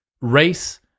race